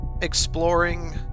exploring